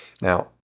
Now